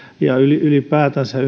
ja ylipäätänsä